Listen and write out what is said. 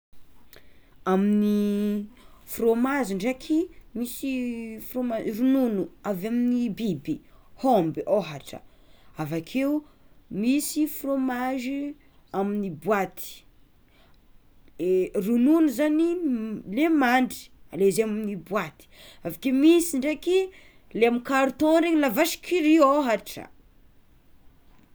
Amin'ny fromazy ndraiky misy fromaz- ronono avy amin'ny biby hômby ôhatra avakeo misy fromage amin'ny boaty, ronono zany le mandry le izy amy boaty, misy ndraiky le amy carton regny la vache qui rit ôhatra.